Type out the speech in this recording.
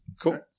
cool